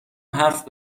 حرف